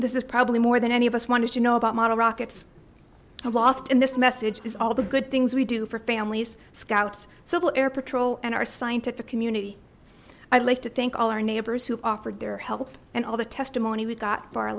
this is probably more than any of us wanted to know about model rockets lost and this message is all the good things we do for families scouts civil air patrol and our scientific community i'd like to thank all our neighbors who offered their help and all the testimony we got